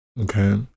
Okay